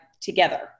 together